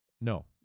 no